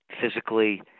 Physically